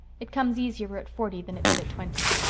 it comes easier at forty than it did at twenty.